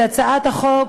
את הצעת החוק,